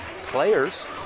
players